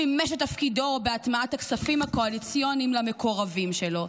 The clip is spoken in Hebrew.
הוא מימש את תפקידו בהטמעת הכספים הקואליציוניים למקורבים שלו.